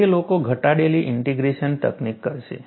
તેથી લોકો ઘટાડેલી ઇંટીગ્રેશન તકનીક કરશે